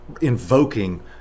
invoking